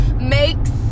makes